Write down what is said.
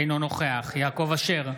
אינו נוכח יעקב אשר,